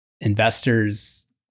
Investors